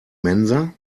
mensa